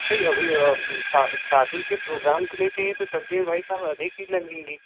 नही अभी शादी के प्रोग्राम के लिए चाहिए तो सब्ज़ियाँ भाई साहब अधिक ही लगेंगी